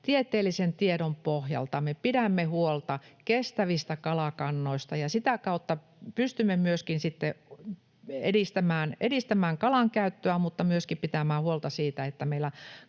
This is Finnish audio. tieteellisen tiedon pohjalta me pidämme huolta kestävistä kalakannoista ja sitä kautta pystymme sitten myöskin edistämään kalan käyttöä mutta myöskin pitämään huolta siitä, että meillä